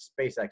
SpaceX